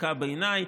הצדקה בעיניי.